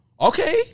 Okay